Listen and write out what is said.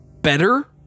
better